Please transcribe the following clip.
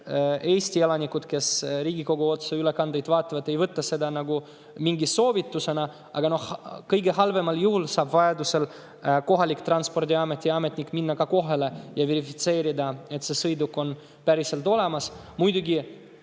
Eesti elanikud, kes Riigikogu otseülekandeid vaatavad, ei võta seda soovitusena, aga kõige halvemal juhul saab vajaduse korral kohalik Transpordiameti ametnik minna kohale ja verifitseerida, et see sõiduk on päriselt olemas.